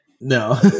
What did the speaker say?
No